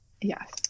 yes